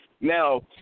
Now